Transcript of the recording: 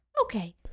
okay